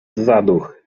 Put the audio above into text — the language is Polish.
zaduch